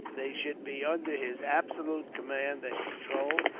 they should be under his absolute command and control,